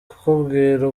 kukubwira